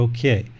Okay